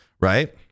right